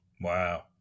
Wow